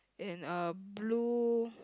in a blue